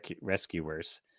Rescuers